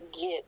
get